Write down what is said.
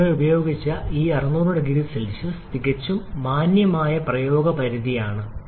ഞങ്ങൾ ഇവിടെ ഉപയോഗിച്ച ഈ 600OC തികച്ചും മാന്യമായ പ്രായോഗിക പരിധിയാണ്